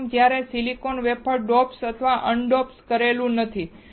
પ્રથમ જ્યારે silicon wafer doped અથવા અન ડોપ કરેલું નથી